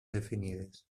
definides